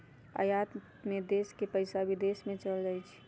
आयात में देश के पइसा विदेश में चल जाइ छइ